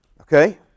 Okay